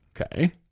Okay